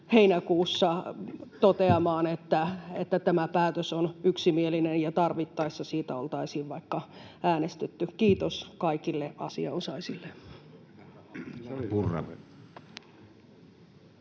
heinäkuussa toteamaan, että tämä päätös on yksimielinen, ja tarvittaessa siitä oltaisiin vaikka äänestetty. Kiitos kaikille asianosaisille.